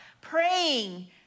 praying